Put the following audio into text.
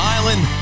Island